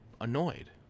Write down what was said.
annoyed